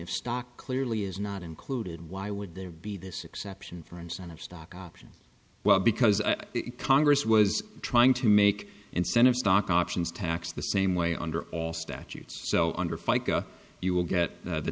of stock clearly is not included why would there be this exception for incentive stock options well because congress was trying to make incentive stock options tax the same way under all statutes so under fica you will get the t